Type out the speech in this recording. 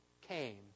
came